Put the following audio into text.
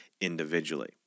individually